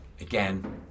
again